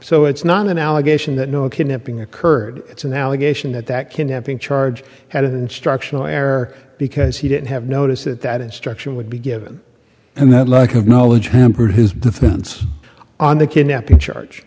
so it's not an allegation that no kidnapping occurred it's an allegation that that kidnapping charge had an instructional air because he didn't have notice that that instruction would be given and that lack of knowledge hampered his defense on the kidnapping ch